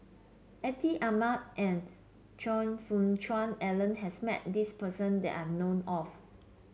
Atin Amat and Choe Fook Cheong Alan has met this person that I known of